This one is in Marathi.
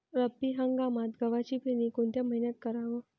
रब्बी हंगामात गव्हाची पेरनी कोनत्या मईन्यात कराव?